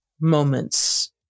moments